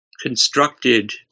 constructed